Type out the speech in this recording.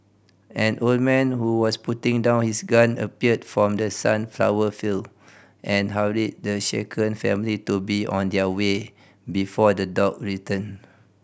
an old man who was putting down his gun appeared from the sunflower field and hurried the shaken family to be on their way before the dog return